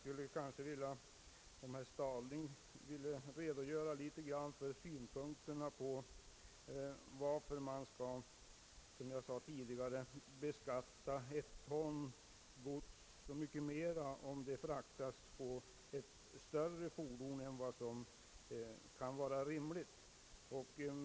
Jag undrar om herr Stadling vill redogöra för varför man skall beskatta ett ton gods så mycket mera om det fraktas på ett större fordon än vad som kan vara nödvändigt.